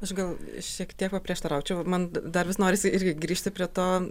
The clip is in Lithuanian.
aš gal šiek tiek paprieštaraučiau man dar vis norisi irgi grįžti prie to